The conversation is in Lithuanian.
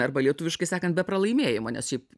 arba lietuviškai sakant be pralaimėjimo nes šiaip